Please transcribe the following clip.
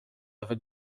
over